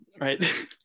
right